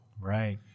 Right